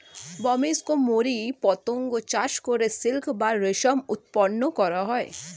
Bombyx mori পতঙ্গ চাষ করে সিল্ক বা রেশম উৎপন্ন করা হয়